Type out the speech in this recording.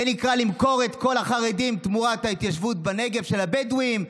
זה נקרא למכור את כל החרדים תמורת ההתיישבות של הבדואים בנגב.